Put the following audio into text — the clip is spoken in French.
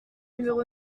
numéro